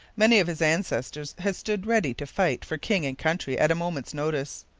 many of his ancestors had stood ready to fight for king and country at a moment's notice.